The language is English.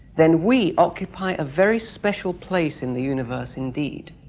then we occupy a very special place in the universe indeed,